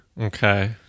Okay